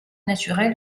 naturel